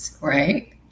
right